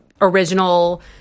original